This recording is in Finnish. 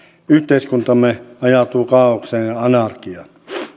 yhteiskuntamme ajautuu kaaokseen ja anarkiaan